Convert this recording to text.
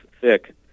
thick